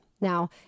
Now